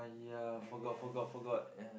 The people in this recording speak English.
ya forgot forgot forgot